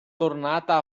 tornata